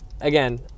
again